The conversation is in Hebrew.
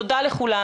תודה לכולם,